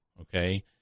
okay